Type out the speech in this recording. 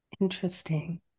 Interesting